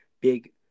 big